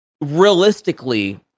realistically